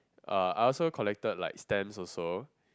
uh I also collected like stamps also